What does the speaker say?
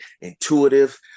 intuitive